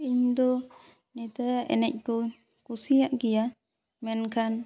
ᱤᱧᱫᱚ ᱱᱮᱛᱟᱨᱟᱜ ᱮᱱᱮᱡ ᱠᱚᱧ ᱠᱩᱥᱤᱭᱟᱜ ᱜᱮᱭᱟ ᱢᱮᱱᱠᱷᱟᱱ